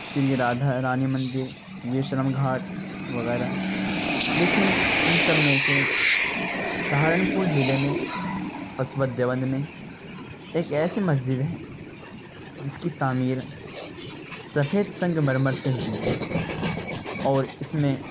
شری رادھا رانی مندر ویشرم گھاٹ وغیرہ لیکن ان سب میں سے سہارنپور ضلع میں قصبہ دیوبند میں ایک ایسی مسجد ہے جس کی تعمیر سفیر سنگ مرمر سے ہوئی ہے اور اس میں